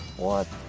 what